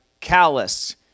callous